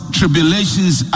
tribulations